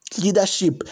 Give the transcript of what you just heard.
leadership